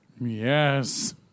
Yes